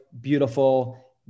beautiful